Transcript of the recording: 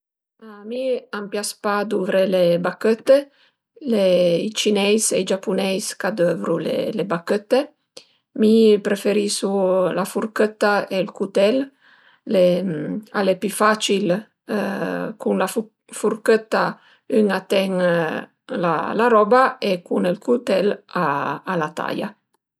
A mi a m'pias pa duvré le bachëtte, l'e i cineis e i giapuneis ch'a dövru le bachëtte, mi preferisu la furchëtta e ël cutel, al e pi facil, cun la furchëtta ün a ten la la roba e cun ël cutel a la taia